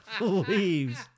leaves